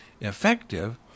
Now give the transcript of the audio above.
effective